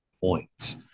points